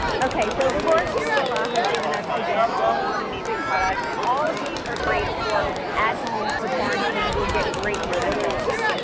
okay, so of course rue la la has given us again all of these amazing products, and all of these are great for at home for quarantine, you'll get great use out of all of them.